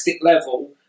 level